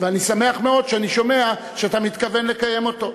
ואני שמח מאוד שאני שומע שאתה מתכוון לקיים אותו.